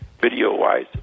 video-wise